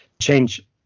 change